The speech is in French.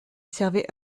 servait